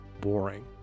boring